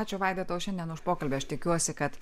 ačiū vaida tau šiandien už pokalbį aš tikiuosi kad